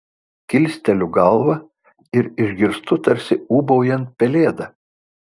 kilsteliu galvą ir išgirstu tarsi ūbaujant pelėdą